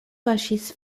paŝis